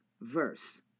verse